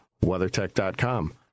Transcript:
WeatherTech.com